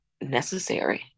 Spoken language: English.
necessary